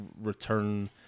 return